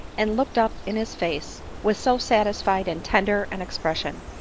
and looked up in his face with so satisfied and tender an ex pression,